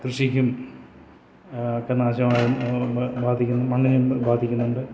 കൃഷിക്കും ഒക്കെ നാശമായും ബാധിക്കുന്നു മണ്ണിനും ബാധിക്കുന്നുണ്ട്